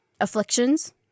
afflictions